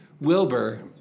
Wilbur